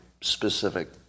specific